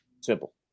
Simple